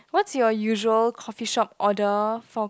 what's your usual coffee shop order for